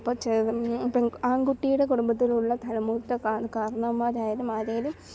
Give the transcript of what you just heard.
അപ്പം ആൺകുട്ടിയുടെ കുടുംബത്തിലുള്ള തലമൂത്ത കാരണവന്മാരായാലും ആരായാലും